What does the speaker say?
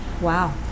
Wow